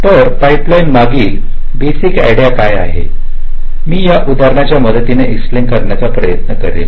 तर पाइपलाइन मागील basic idea काय आहे मी या उदाहरणाच्या मदतीने एक्स्प्लेन करण्याचा प्रयत्न करेन